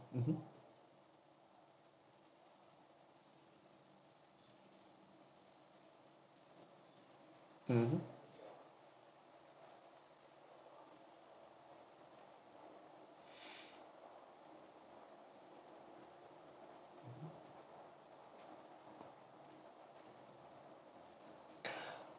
mmhmm mmhmm mmhmm